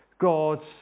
God's